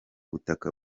butaka